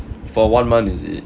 for one month is it